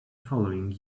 following